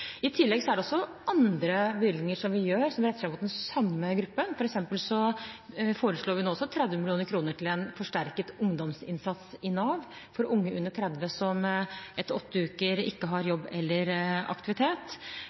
andre bevilgninger vi gjør som retter seg mot den samme gruppen. For eksempel foreslår vi nå 30 mill. kr til en forsterket ungdomsinnsats i Nav for unge under 30 år som etter åtte uker ikke har jobb eller aktivitet.